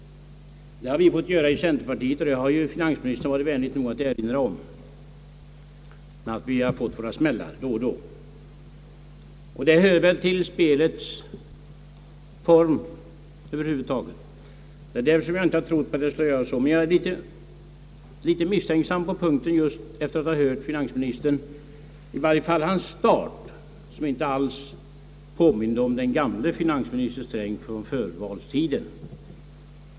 Det har vi fått göra i centerpartiet, och finansministern har varit vänlig nog att erinra om att vi fått våra smällar då och då. Det hör väl också till spelet att man får smällar. Det är därför som jag inte tror på uppgifterna om en chock för socialdemokratien. Men jag är litet misstänksam på denna punkt just sedan jag har hört finansministern använda uttryck som inte påminde om den gamle finansminister Sträng från förvalstiden.